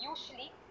usually